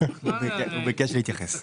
בבקשה.